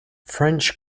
french